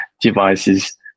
devices